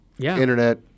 internet